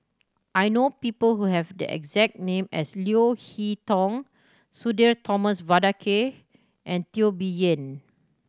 I know people who have the exact name as Leo Hee Tong Sudhir Thomas Vadaketh and Teo Bee Yen